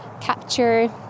capture